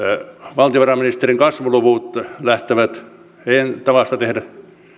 valtiovarainministerin kasvuluvut lähtevät heidän tavastaan tehdä